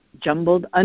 jumbled